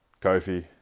Kofi